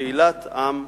תהילת עם לעולם.